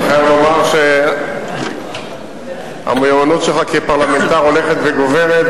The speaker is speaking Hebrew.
אני חייב לומר שהמיומנות שלך כפרלמנטר הולכת וגוברת,